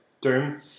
Doom